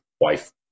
wife